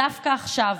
דווקא עכשיו,